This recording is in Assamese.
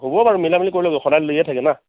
হ'ব বাৰু মিলা মিলি কৰি ল'ব সদায় লৈয়ে থাকে না